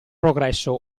progresso